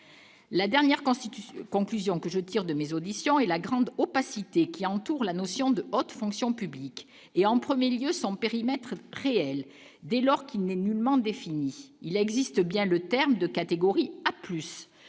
constitue conclusion que je tire de mes auditions et la grande opacité qui entoure la notion de haute fonction publique et en 1er lieu son périmètre réel dès lors qu'il n'est nullement défini, il existe bien le terme de catégorie A